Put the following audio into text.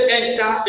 enter